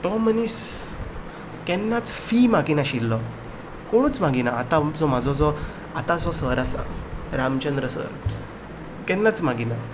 तो मनीस केन्नाच फी मागिनाशिल्लो कोणूच मागिना आतां जो म्हजो जो सर आसा रामचंद्र सर केन्नाच मागिना